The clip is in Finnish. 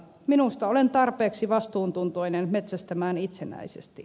minusta olen tarpeeksi vastuuntuntoinen metsästämään itsenäisesti